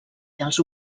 dels